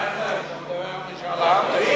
אייכלר, אתה מדבר על משאל עם?